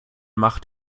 macht